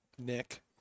Nick